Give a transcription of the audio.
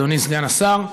אדוני סגן השר,